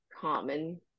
common